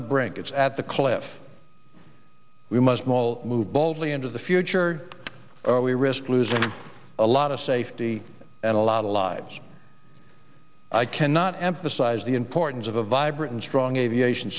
the brink it's at the cliff we must maul move boldly into the future we risk losing a lot of safety and a lot of lives i cannot emphasize the importance of a vibrant and strong aviation